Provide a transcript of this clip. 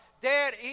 Dad